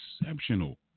exceptional